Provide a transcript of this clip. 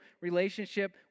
relationship